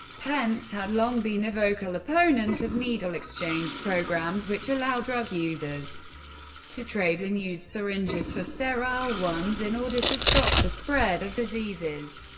pence had long been a vocal opponent of needle exchange programs, which allow drug users to trade in used syringes for sterile ones in order to stop the spread of diseases,